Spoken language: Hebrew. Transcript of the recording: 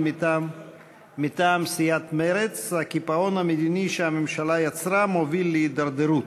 מטעם סיעת מרצ: הקיפאון המדיני שהממשלה יצרה מוביל להידרדרות.